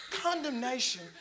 Condemnation